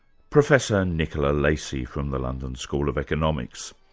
professor nicola lacey from the london school of economics.